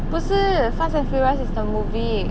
不是 fast and furious is the movie